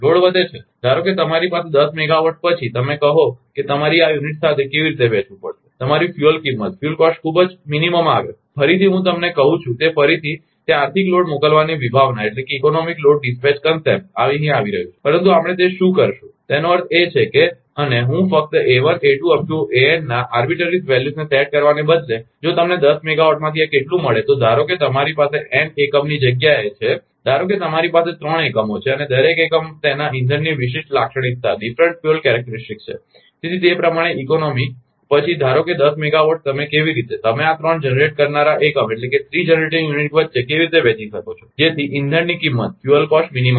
load વધે છે ધારો કે તમારી પાસે દસ મેગાવાટ પછી તમે કહો કે તમારે આ યુનિટ સાથે એવી રીતે વહેંચવુ પડશે કે તમારી ફ્યુઅલ કિંમત ખૂબ જ ઓછી આવે ફરીથી હું તમને કહું છું કે ફરીથી તે આર્થિક લોડ મોકલવાની વિભાવનાઇકોનોમીક લોડ ડીસપેચ કંસેપ્ટ અહીં આવી રહ્યું છે પરંતુ આપણે તે શું કરીશું તેનો અર્થ એ છે કે અને હું ફક્ત a1 a2 an ના મનસ્વી મૂલ્યોને સેટ કરવાને બદલે જો તમને દસ મેગાવાટમાંથી આ કેટલું મળે તો ધારો કે તમારી પાસે એન એકમની જગ્યાએ છે ધારો કે તમારી પાસે ત્રણ એકમો છે અને દરેક એકમ પાસે તેના ઇંધણની વિશિષ્ટ લાક્ષણિકતા છે તેથી તે પ્રમાણે અર્થતંત્ર પછી ધારો કે દસ મેગાવાટ તમે કેવી રીતે તમે આ ત્રણ જનરેટ કરનારા એકમ વચ્ચે કેવી રીતે વહેંચી શકો છો કે જેથી ઇંધણની કિંમત ન્યૂનતમ હશે